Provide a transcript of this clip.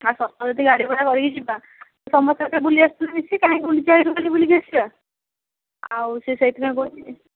ଆ ସତ ଯଦି ଗାଡ଼ି ଭଡ଼ା କରିକି ଯିବା ସମସ୍ତେ ତ ବୁଲି ଆସିବୁ ମିଶି କାଇଁ ଗୁଣ୍ଡିଚାଘାଇ ବୁଲି ବୁଲିକି ଆସିବା ଆଉ ସିଏ ସେଇଥିପାଇଁ କହୁଥିଲି